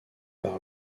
par